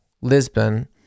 Lisbon